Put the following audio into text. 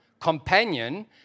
companion